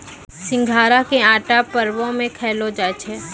सिघाड़ा के आटा परवो मे खयलो जाय छै